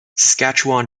saskatchewan